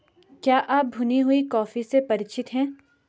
क्या आप भुनी हुई कॉफी से परिचित हैं?